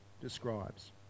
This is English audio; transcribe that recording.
describes